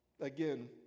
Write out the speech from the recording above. again